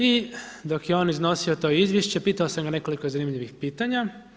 I dok je on iznosio to izvješće, pitao sam ga nekoliko zanimljivih pitanja.